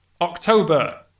October